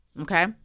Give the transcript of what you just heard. okay